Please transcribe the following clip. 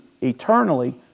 eternally